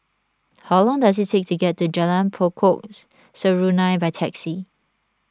how long does it take to get to Jalan Pokok Serunai by taxi